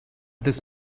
this